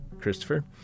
Christopher